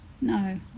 No